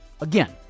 Again